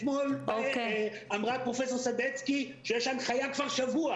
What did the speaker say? אתמול אמרה פרופ' סדצקי שיש הנחיה כבר שבוע